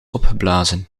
opgeblazen